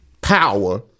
power